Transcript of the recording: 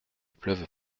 pleuve